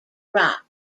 rock